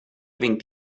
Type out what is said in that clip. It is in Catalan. vint